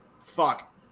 Fuck